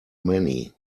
many